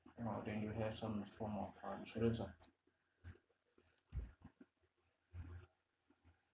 !wah! then you have some form of ah insurance ah